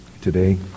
today